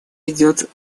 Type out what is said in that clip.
идет